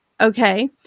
Okay